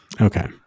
Okay